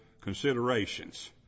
considerations